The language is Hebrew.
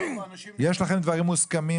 יש לכם דברים מוסכמים?